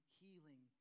healing